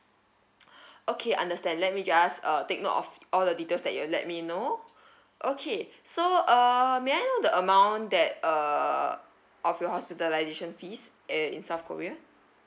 okay understand let me just uh take note of all the details that you have let me know okay so uh may I know the amount that uh of your hospitalisation fees uh in south korea